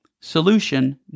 Solution